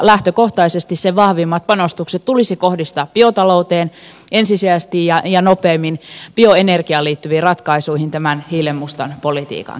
lähtökohtaisesti sen vahvimmat panostukset tulisi kohdistaa ensisijaisesti ja nopeimmin biotalouteen ja bioenergiaan liittyviin ratkaisuihin tämän hiilenmustan politiikan keskellä